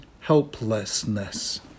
helplessness